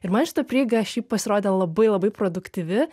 ir man šita prieiga šiaip pasirodė labai labai produktyvi